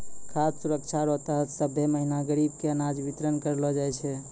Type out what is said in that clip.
खाद सुरक्षा रो तहत सभ्भे महीना गरीब के अनाज बितरन करलो जाय छै